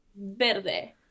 Verde